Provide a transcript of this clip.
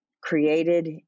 created